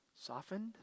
softened